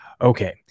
Okay